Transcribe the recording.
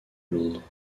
londres